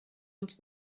uns